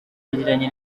yagiranye